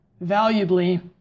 Valuably